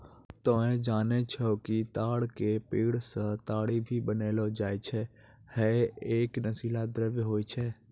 तोहं जानै छौ कि ताड़ के पेड़ सॅ ताड़ी भी बनैलो जाय छै, है एक नशीला द्रव्य होय छै